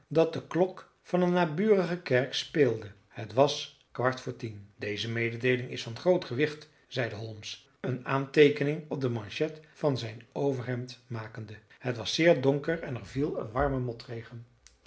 dat de klok van een naburige kerk speelde het was kwart voor tien deze mededeeling is van groot gewicht zeide holmes een aanteekening op de manchet van zijn overhemd makende het was zeer donker en er viel een warme